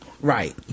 Right